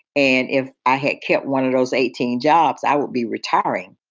and if i had kept one of those eighteen jobs, i would be retiring.